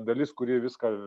dalis kuri viską